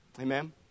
Amen